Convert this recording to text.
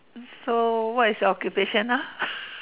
so what is your occupation ah